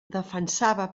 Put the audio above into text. defensava